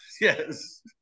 Yes